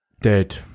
dead